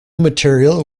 material